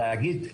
להגיד,